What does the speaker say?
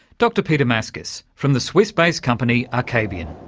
dr peter maskus from the swiss-based company acabion